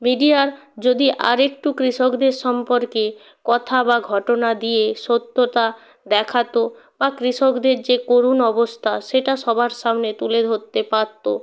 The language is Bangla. মিডিয়ার যদি আর একটু কৃষকদের সম্পর্কে কথা বা ঘটনা দিয়ে সত্যতা দেখাতো বা কৃষকদের যে করুণ অবস্থা সেটা সবার সামনে তুলে ধরতে পারতো